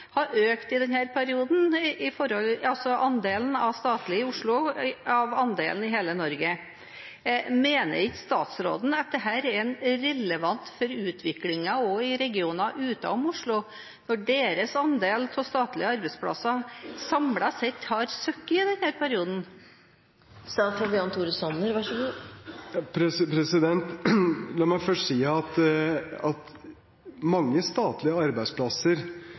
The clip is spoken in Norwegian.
har økt i denne perioden i forhold til andelen i hele Norge. Mener ikke statsråden at dette er relevant for utviklingen også for regioner utenfor Oslo, når deres andel av statlige arbeidsplasser samlet sett har sunket i denne perioden? La meg først si at innenfor mange statlige arbeidsplasser